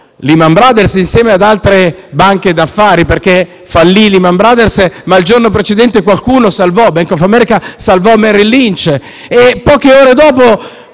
Lehman Brothers insieme ad altre banche d'affari. Allora fallì Lehman Brothers, ma il giorno precedente Bank of America salvò Merrill Lynch e poche ore dopo